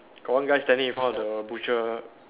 got one guy standing in front of the butcher